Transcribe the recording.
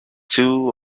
two